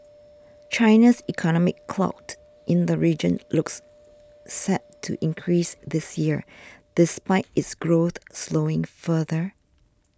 China's economic clout in the region looks set to increase this year despite its growth slowing further